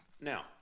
Now